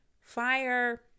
fire